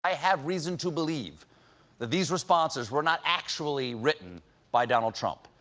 i have reason to believe that these responses were not actually written by donald trump,